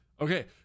Okay